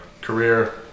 career